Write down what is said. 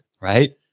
right